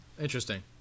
interesting